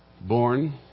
born